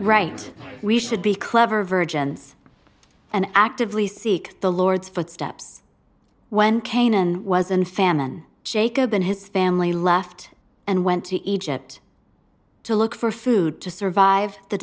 right we should be clever virgins and actively seek the lord's footsteps when canaan was in famine jacob and his family left and went to egypt to look for food to survive the